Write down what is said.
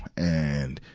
and,